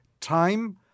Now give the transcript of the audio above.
time